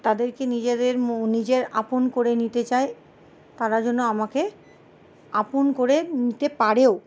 তাদেরকে নিজেদের নিজের আপন করে নিতে চাই তারা যেন আমাকে আপন করে নিতে পারেও